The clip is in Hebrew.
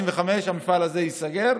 2025 המפעל הזה ייסגר.